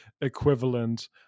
equivalent